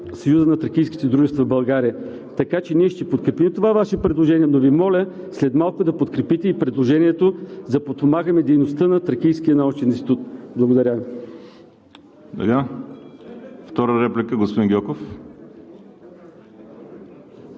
Съюза на тракийските дружества в България. Така че ние ще подкрепим това Ваше предложение, но Ви моля след малко да подкрепите и предложението за подпомагане дейността на Тракийския научен институт. Благодаря Ви. ПРЕДСЕДАТЕЛ ВАЛЕРИ СИМЕОНОВ: Втора реплика – господин Гьоков.